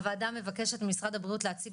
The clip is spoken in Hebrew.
הוועדה מבקשת ממשרד הבריאות להציג